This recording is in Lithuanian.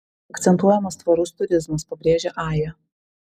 akcentuojamas tvarus turizmas pabrėžia aja